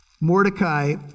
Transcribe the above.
Mordecai